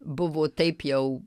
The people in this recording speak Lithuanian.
buvo taip jau